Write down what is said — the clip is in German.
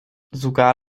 sogar